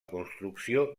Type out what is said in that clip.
construcció